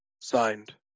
Signed